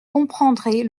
comprendrez